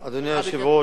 אדוני היושב-ראש,